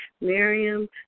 Miriam